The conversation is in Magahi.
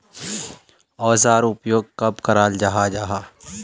औजार उपयोग कब कराल जाहा जाहा?